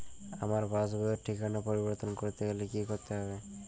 আমার পাসবই র ঠিকানা পরিবর্তন করতে হলে কী করতে হবে?